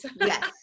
Yes